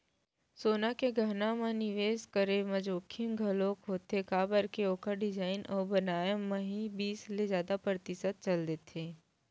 सोना के गहना म निवेस करे म जोखिम घलोक होथे काबर के ओखर डिजाइन अउ बनाए म ही बीस ले जादा परतिसत चल देथे